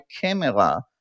camera